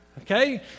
Okay